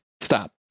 Stop